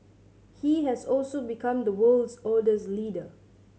he has also become the world's oldest leader